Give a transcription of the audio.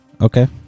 Okay